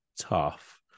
tough